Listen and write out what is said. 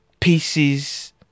pieces